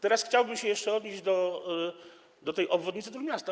Teraz chciałbym się jeszcze odnieść do sprawy obwodnicy Trójmiasta.